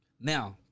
Now